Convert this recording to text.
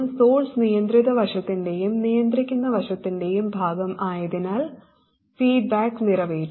source നിയന്ത്രിത വശത്തിന്റെയും നിയന്ത്രിക്കുന്ന വശത്തിന്റെയും ഭാഗം ആയതിനാൽ ഫീഡ്ബാക്ക് നിറവേറ്റുന്നു